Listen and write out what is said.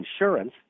insurance